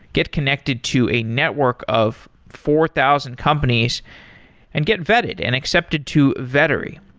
get connected to a network of four thousand companies and get vetted and accepted to vettery,